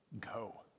go